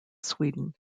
sweden